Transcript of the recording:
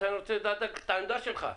לכן אני רוצה לדעת את העמדה שלך.